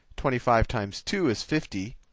twenty five times two is fifty.